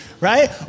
Right